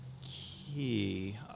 key